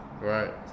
Right